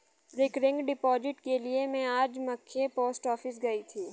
recurring deposit के लिए में आज मख्य पोस्ट ऑफिस गयी थी